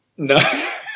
No